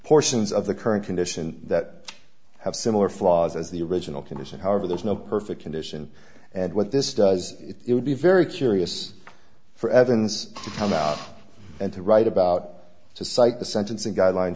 portions of the current condition that have similar flaws as the original condition however there's no perfect condition and what this does it would be very curious for evans to come out and to write about to cite the sentencing guideline